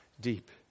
deep